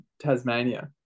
Tasmania